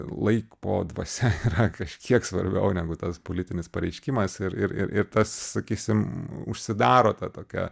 laik po dvasia yra kažkiek svarbiau negu tas politinis pareiškimas ir ir ir ir tas sakysim užsidaro tad tokia